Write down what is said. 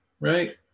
right